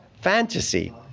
fantasy